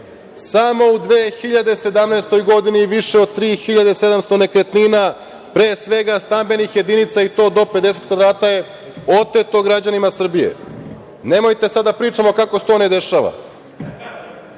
Samo u 2017. godini više od 3.700 nekretnina, pre svega stambenih jedinica i to do 50 kvadrata je oteto građanima Srbije. Nemojte sada da pričamo kako se to ne dešava. Dakle,